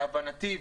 להבנתי,